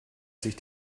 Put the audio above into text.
sich